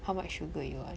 how much sugar you want